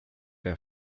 der